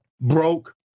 Broke